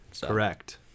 Correct